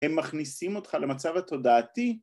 ‫הם מכניסים אותך למצב התודעתי.